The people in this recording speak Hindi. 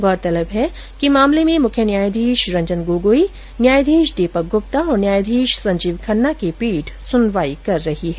गौरतलब है कि मामले में मुख्य न्यायाधीश रंजन गोगोई न्यायाधीश दीपक गुप्ता और संजीव खन्ना की पीठ सुनवाई कर रही है